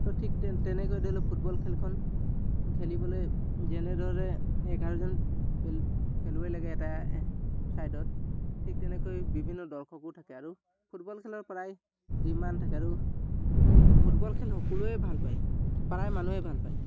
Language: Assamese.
তো ঠিক তেনেকৈ ধৰি লওক ফুটবল খেলখন খেলিবলৈ যেনেদৰে এঘাৰজন খেলুৱৈ লাগে এটা ছাইডত ঠিক তেনেকৈ বিভিন্ন দৰ্শকো থাকে আৰু ফুটবল খেলৰ প্ৰায় ডিমাণ্ড থাকে আৰু এই ফুটবল খেল সকলোৱে ভালপায় প্ৰায় মানুহেই ভালপায়